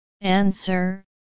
Answer